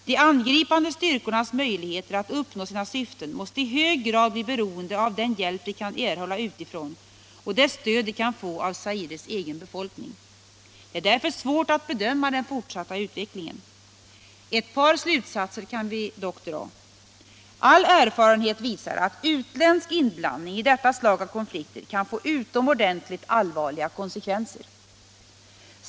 De angripande styrkornas möjligheter att uppnå sina syften måste i hög grad bli beroende av den hjälp de kan erhålla utifrån och det stöd de kan få av Zaires egen befolkning. Det är därför svårt att bedöma den fortsatta utvecklingen. Ett par slutsatser kan vi dock dra. All erfarenhet visar att utländsk inblandning i detta slag av konflikter kan få utomordentligt allvarliga konsekvenser.